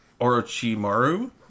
Orochimaru